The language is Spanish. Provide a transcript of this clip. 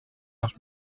los